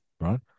right